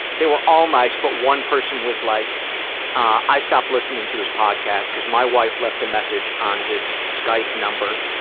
they were all nice but one person was like i stopped listening to his podcast cause my wife left a message on his skype number.